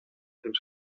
fem